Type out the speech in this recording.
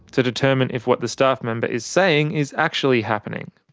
to determine if what the staff member is saying is actually happening.